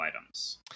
items